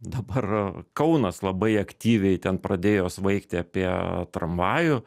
dabar kaunas labai aktyviai ten pradėjo svaigti apie tramvajų